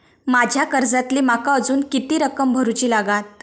माझ्या कर्जातली माका अजून किती रक्कम भरुची लागात?